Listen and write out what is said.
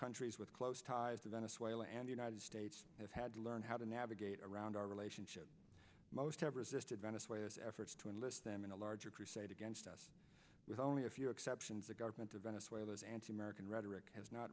countries with close ties to venezuela and united states has had to learn how to navigate around our relationship most have resisted venezuela's efforts to enlist them in a larger crusade against us with only a few exceptions the government of venezuela's anti american rhetoric has not